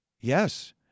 yes